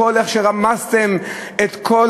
לאיך שרמסתם את כל